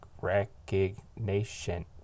recognition